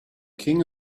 king